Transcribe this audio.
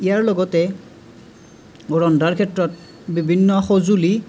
ইয়াৰ লগতে ৰন্ধাৰ ক্ষেত্ৰত বিভিন্ন সঁজুলি